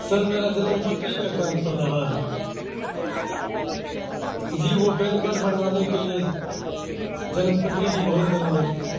سر میرا جنم پتری کا کام پر رہا ہے جی وہ پین کارڈ بنوانے کے لیے جنم پتری کی بہت ضرورت ہے